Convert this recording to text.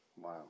Wow